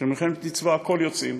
שלמלחמת מצווה הכול יוצאים,